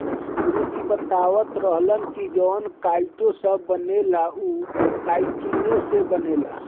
गुरु जी बतावत रहलन की जवन काइटो सभ बनेला उ काइतीने से बनेला